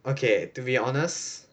okay to be honest